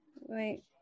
Wait